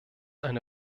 eine